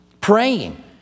praying